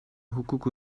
hukuk